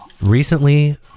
recently